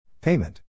Payment